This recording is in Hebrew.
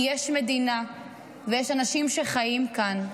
כי יש מדינה ויש אנשים שחיים כאן,